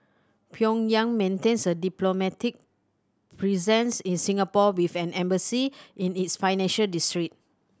Pyongyang maintains a diplomatic presence in Singapore with an embassy in its financial district